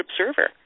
observer